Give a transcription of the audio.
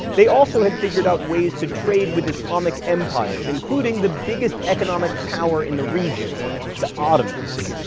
they also had figured out ways to trade with islamic empires, including the biggest economic power in the region the ottomans.